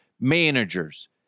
managers